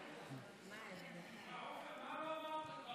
עופר, מה עוד לא אמרת כבר השבוע?